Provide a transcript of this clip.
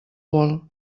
bol